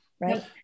right